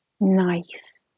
Nice